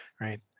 right